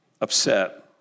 upset